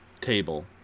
table